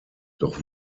doch